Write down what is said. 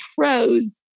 pros